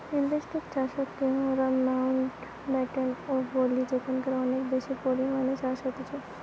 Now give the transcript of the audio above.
intensive চাষকে মোরা Mountbatten ও বলি যেখানকারে অনেক বেশি পরিমাণে চাষ হতিছে